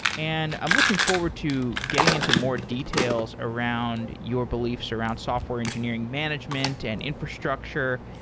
and i'm looking forward to getting into more details around your beliefs around software engineering management, and infrastructure,